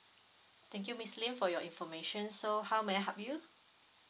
thank you miss lim for your information so how may I help you